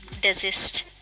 desist